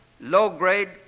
low-grade